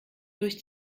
durch